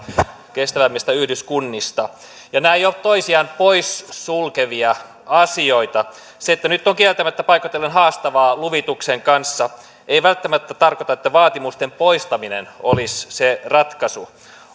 kestävämmistä yhdyskunnista nämä eivät ole toisiaan pois sulkevia asioita se että nyt on kieltämättä paikoitellen haastavaa luvituksen kanssa ei välttämättä tarkoita että vaatimusten poistaminen olisi se ratkaisu